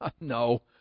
No